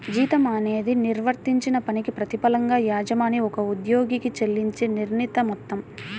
జీతం అనేది నిర్వర్తించిన పనికి ప్రతిఫలంగా యజమాని ఒక ఉద్యోగికి చెల్లించే నిర్ణీత మొత్తం